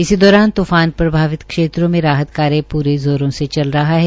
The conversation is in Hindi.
इसी दौरान तूफान प्रभावित क्षेत्रों में राहत कार्य प्रे ज़ोरो से चल रहा है